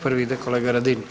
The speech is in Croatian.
Prvi ide kolega Radin.